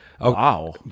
wow